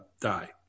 die